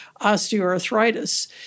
osteoarthritis